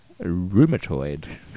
rheumatoid